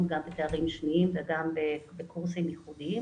גם בתארים שניים וגם בקורסים ייחודיים,